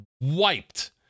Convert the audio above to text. wiped